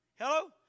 Hello